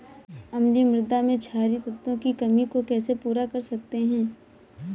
अम्लीय मृदा में क्षारीए तत्वों की कमी को कैसे पूरा कर सकते हैं?